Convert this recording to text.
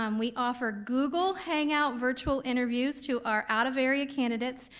um we offered google hangout virtual interviews to our out-of-area candidates.